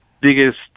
biggest